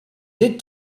did